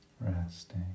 resting